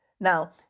Now